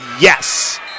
yes